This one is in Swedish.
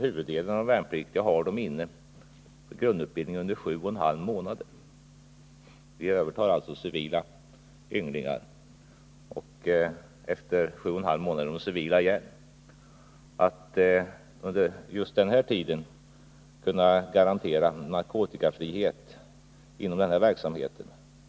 Huvuddelen av de värnpliktiga är inne för grundutbildning under 7,5 månader — vi övertar alltså civila ynglingar, och efter 7,5 månader är de civila igen. Man kan inte förvänta sig att vi inom det militära under just denna tid skulle kunna garantera narkotikafrihet.